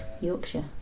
Yorkshire